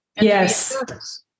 Yes